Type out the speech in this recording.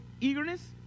eagerness